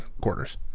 quarters